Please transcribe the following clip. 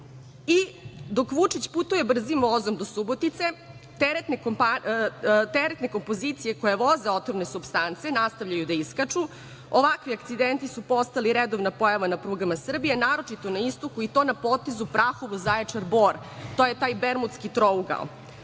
dok Vučić putuje brzim vozom do Subotice teretne kompozicije koje voze otrovne supstance nastavljaju da iskaču ovakvi accidents su postala redovna pojava na prugama Srbije naročito na istoku i to na potezu Prahovo-Zaječar-Bor, to je taj Bermudski trougao